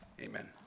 amen